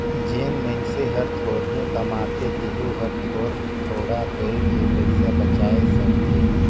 जेन मइनसे हर थोरहें कमाथे तेहू हर थोर थोडा कइर के पइसा बचाय सकथे